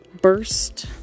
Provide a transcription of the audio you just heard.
Burst